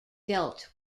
dealt